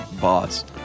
boss